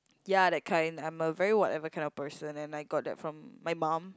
ya that kind I'm a very whatever kind of person and I got that from my mom